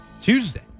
Tuesday